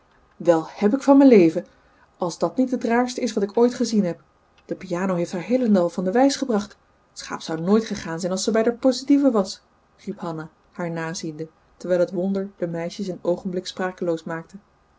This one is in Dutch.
wel heb ik van me leven als dat niet het raarste is wat ik ooit gezien heb de piano heeft haar heelendal van de wijs gebracht t schaap zou nooit gegaan zijn als ze bij der positieve was riep hanna haar naziende terwijl het wonder de meisjes een oogenblik sprakeloos maakte